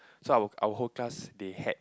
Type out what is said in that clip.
so our our whole class they had